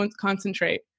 concentrate